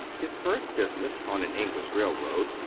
his first business, on an english railroad,